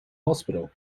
hospital